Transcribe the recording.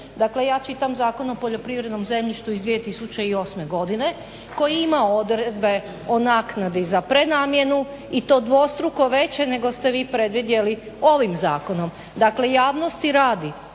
Dakle ja čitam Zakon o poljoprivrednom zemljištu iz 2008. godine koji ima odredbe o naknadi za prenamjeni i to dvostruko veće nego ste vi predvidjeli ovim zakonom. Dakle javnosti radi,